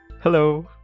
Hello